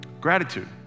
gratitude